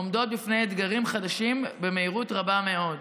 עומדות בפני אתגרים חדשים במהירות רבה מאוד.